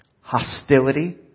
hostility